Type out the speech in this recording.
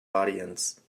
audience